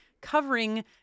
covering